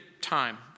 time